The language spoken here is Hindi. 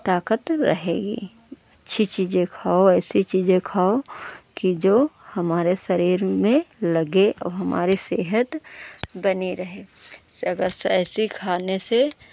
ताकत रहेगी अच्छी चीज़ें खाओ ऐसी चीज़ें खाओ कि जो हमारे शरीर में लगे और हमारे सेहत बनी रहे अगर सही खाने से